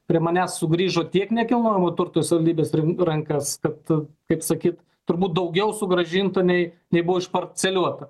prie manęs sugrįžo tiek nekilnojamo turto į savivaldybės rankas kad kaip sakyt turbūt daugiau sugrąžintumei nei buvo išparceliuota